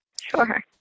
sure